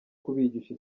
kubigisha